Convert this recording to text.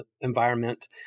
environment